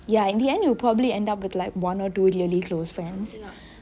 ya in the end you will probably end up with one or two really close friends